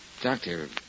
Doctor